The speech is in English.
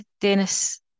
Dennis